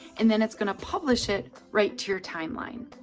and then it's gonna publish it right to your timeline.